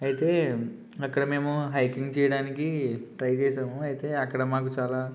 అయితే అక్కడ మేము హైకింగ్ చేయడానికి ట్రై చేసాము అయితే అక్కడ మాకు చాలా